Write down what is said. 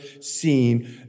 seen